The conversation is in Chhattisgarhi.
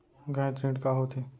गैर ऋण का होथे?